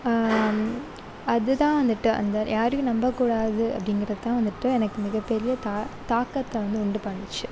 அதுதான் வந்துட்டு அந்த யாரையும் நம்பக்கூடாது அப்படிங்கிறதுதான் வந்துட்டு எனக்கு மிகப்பெரிய தா தாக்கத்தை வந்து உண்டு பண்ணிச்சு